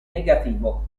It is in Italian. negativo